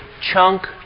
chunk